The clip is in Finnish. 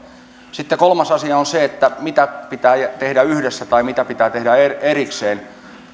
sitten kolmas asia on se mitä pitää tehdä yhdessä tai mitä pitää tehdä erikseen